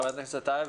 חבר הכנסת טייב,